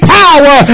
power